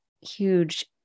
huge